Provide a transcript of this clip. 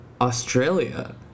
Australia